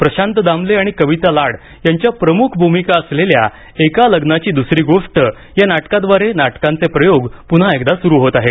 प्रशांत दामले आणि कविता लाड यांच्या प्रमुख भूमिका असलेल्या एका लग्नाची दुसरी गोष्ट या नाटकाद्वारे नाटकांचे प्रयोग पुन्हा एकदा सुरू होत आहेत